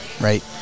Right